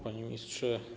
Panie Ministrze!